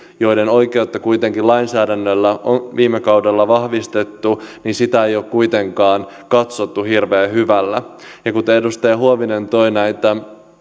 heidän oikeuttaan kuitenkin lainsäädännöllä on viime kaudella vahvistettu ei ole kuitenkaan katsottu hirveän hyvällä ja kun edustaja huovinen toi esiin näitä